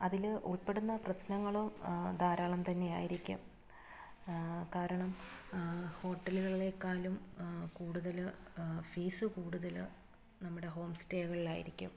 അതിൽ ഉൾപ്പെടുന്ന പ്രശ്നങ്ങളും ധാരാളം തന്നെ ആയിരിക്കും കാരണം ഹോട്ടലുകളിലേക്കാളും കൂടുതൽ ഫീസ് കൂടുതൽ നമ്മുടെ ഹോം സ്റ്റേകളിലായിരിക്കും